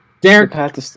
Derek